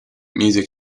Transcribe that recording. music